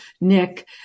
Nick